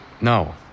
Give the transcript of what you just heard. No